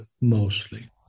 mostly